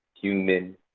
human